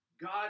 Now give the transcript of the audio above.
God